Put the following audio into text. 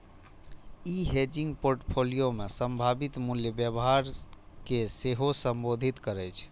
ई hedging portfolio मे संभावित मूल्य व्यवहार कें सेहो संबोधित करै छै